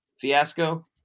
fiasco